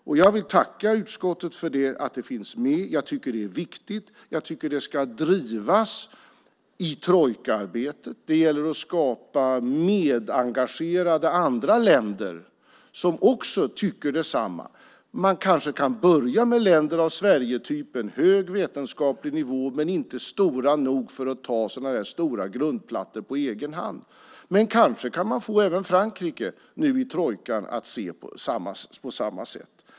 Jag vill tacka utskottet för att det finns med. Jag tycker att det är viktigt. Jag tycker att det ska drivas i trojkaarbetet. Det gäller att skapa medengagerade andra länder som tycker detsamma. Man kanske kan börja med länder av Sverigetyp med hög vetenskaplig nivå men inte stora nog för att ta sådana stora grundplattor på egen hand. Men kanske kan man få även Frankrike nu i trojkan att se på samma sätt.